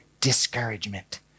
discouragement